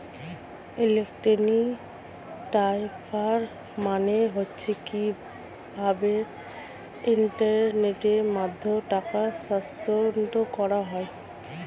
electronic transfer মানে হচ্ছে কিভাবে ইন্টারনেটের মাধ্যমে টাকা স্থানান্তর করা হয়